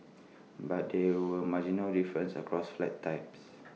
but there were marginal differences across flat types